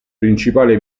principale